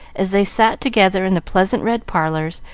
as they sat together in the pleasant red parlors,